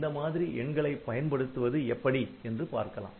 இந்த மாதிரி எண்களை பயன்படுத்துவது எப்படி என்று பார்க்கலாம்